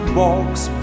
walks